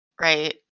right